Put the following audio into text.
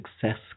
success